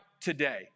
today